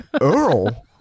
Earl